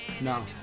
No